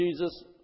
Jesus